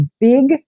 big